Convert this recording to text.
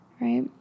right